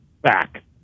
back